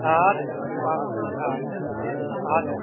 હા તે પાક્કું હા હા સારું